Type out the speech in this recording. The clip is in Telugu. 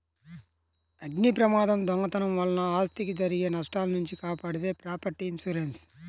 అగ్నిప్రమాదం, దొంగతనం వలన ఆస్తికి జరిగే నష్టాల నుంచి కాపాడేది ప్రాపర్టీ ఇన్సూరెన్స్